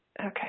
Okay